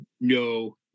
No